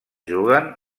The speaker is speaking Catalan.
juguen